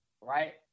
right